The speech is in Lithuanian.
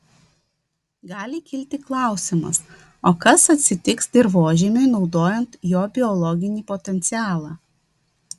gali kilti klausimas o kas atsitiks dirvožemiui naudojant jo biologinį potencialą